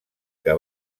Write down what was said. que